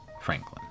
Franklin